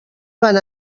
van